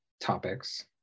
topics